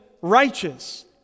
righteous